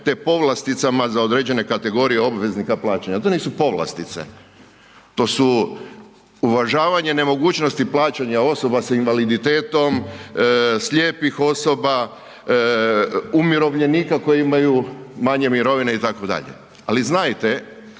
te povlasticama za određene kategorije obveznika plaćanja. To nisu povlastice, to su uvažavanje nemogućnosti plaćanja osoba sa invaliditetom, slijepih osoba, umirovljenika koji imaju manje mirovine itd. Ali znajte,